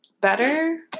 better